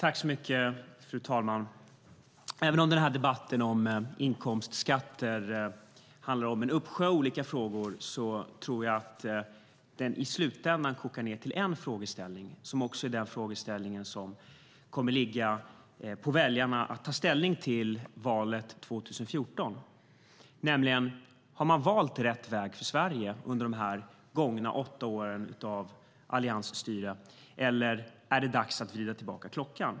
Fru talman! Även om denna debatt om inkomstskatter handlar om en uppsjö av olika frågor tror jag att den i slutändan kokar ned till en frågeställning som också är den frågeställning som kommer att ligga på väljarna att ta ställning till i valet 2014, nämligen om man har valt rätt väg för Sverige under de gångna åtta åren av alliansstyre eller om det är dags att vrida tillbaka klockan.